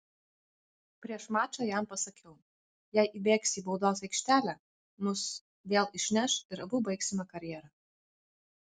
prieš mačą jam pasakiau jei įbėgsi į baudos aikštelę mus vėl išneš ir abu baigsime karjerą